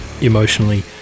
emotionally